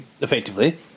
effectively